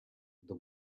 the